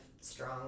strong